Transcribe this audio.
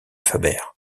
faber